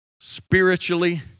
spiritually